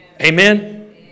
Amen